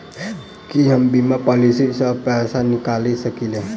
की हम बीमा पॉलिसी सऽ पैसा निकाल सकलिये?